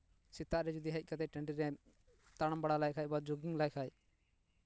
ᱥᱮᱛᱟᱜ ᱨᱮ ᱡᱩᱫᱤ ᱦᱮᱡ ᱠᱟᱛᱮᱜ ᱴᱟᱺᱰᱤ ᱨᱮ ᱛᱟᱲᱟᱢ ᱵᱟᱲᱟ ᱞᱮᱠᱷᱟᱱ ᱵᱟ ᱡᱚᱜᱤᱝ ᱞᱮᱠᱷᱟᱱ